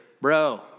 bro